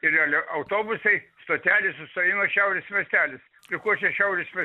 ir reali autobusai stotelės sustojimas šiaurės miestelis prie ko čia šiaurės mies